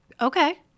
okay